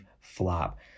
flop